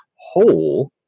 whole